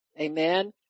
Amen